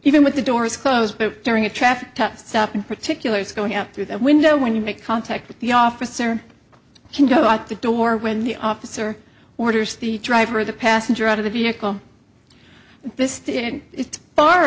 even with the doors closed during a traffic stop in particular it's going out through that window when you make contact with the officer can go out the door when the officer orders the driver the passenger out of the vehicle this is far